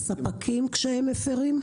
כאשר הספקים מפרים?